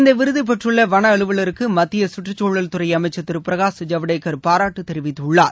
இந்த விருது பெற்றுள்ள வன அலுவலருக்கு மத்திய கற்றுச்சூழல் துறை அமைச்சர் திரு பிரகாஷ் ஜ்வடேகர் பாராட்டு தெரிவித்துள்ளார்